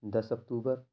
دس اکتوبر